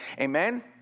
amen